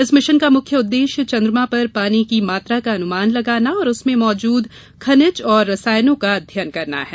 इस मिशन का मुख्य उद्देश्य चंद्रमा पर पानी की मात्रा का अनुमान लगाना और उसमें मौजूद खनिज व रसायनों का अध्ययन करना है